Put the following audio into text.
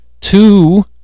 two